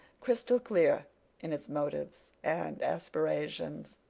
crystal clear in its motives and aspirations.